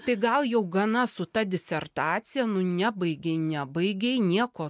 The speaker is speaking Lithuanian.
tai gal jau gana su ta disertacija nu nebaigei nebaigei nieko